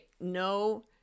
no